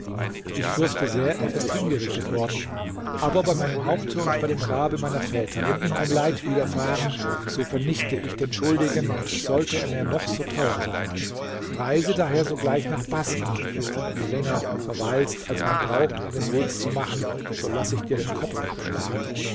ich fürchte sehr er ist hingerichtet worden aber bei meinem haupte und bei dem grabe meiner väter wenn ihm ein leid widerfahren so vernichte ich den schuldigen und sollte er mir noch so teuer sein reise daher sogleich nach baßrah wenn du länger verweilst als man braucht um den weg zu machen so laß ich dir den kopf abschlagen